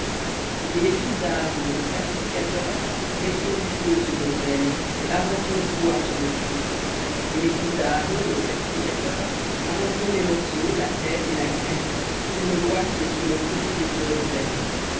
et les fils d'aaron le sacrificateur mettront du feu sur l'autel et arrangeront du bois sur le feu et les fils d'aaron les sacrificateurs arrangeront les morceaux la tête et la graisse sur le bois qui est sur le feu qui est sur l'autel